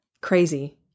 Crazy